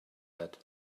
that